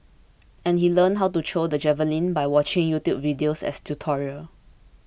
and he learnt to throw the javelin by watching YouTube videos as tutorial